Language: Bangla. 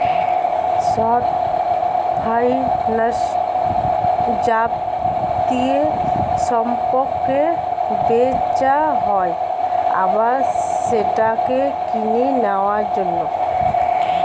শর্ট ফাইন্যান্সে যাবতীয় সম্পত্তিকে বেচা হয় আবার সেটাকে কিনে নেওয়ার জন্য